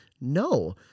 No